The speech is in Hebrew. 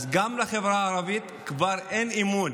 גם לחברה הערבית כבר אין אמון